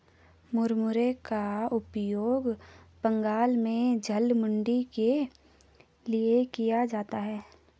मुरमुरे का उपयोग बंगाल में झालमुड़ी के लिए किया जाता है